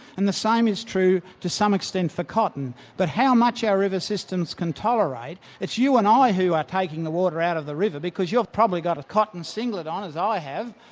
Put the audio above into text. and the same is true to some extent for cotton. but how much our river systems can tolerate, it's you and i who are taking the water out of the river because you've probably got a cotton singlet on, as i have,